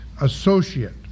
associate